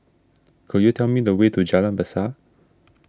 could you tell me the way to Jalan Besar